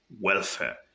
welfare